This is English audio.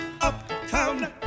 Uptown